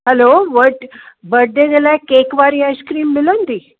हलो बर बर्डे जे लाइ केक वारी आइस्क्रीम मिलंदी